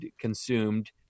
consumed